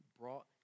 brought